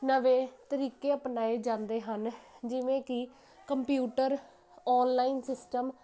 ਨਵੇਂ ਜਿਵੇਂ ਕਿ ਕੰਪਿਊਟਰ ਔਨਲਾਈਨ ਸਿਸਟਮ